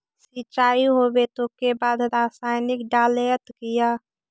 सीचाई हो बे के बाद रसायनिक डालयत किया?